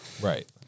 right